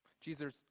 jesus